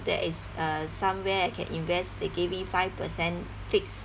there is uh somewhere I can invest they give me five percent fix